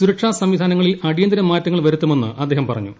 സുരക്ഷാ സംവിധാനങ്ങളിൽ അടിയന്തര മാറ്റങ്ങൾ വരുത്തുമെന്ന് അദ്ദേഹം പറഞ്ഞു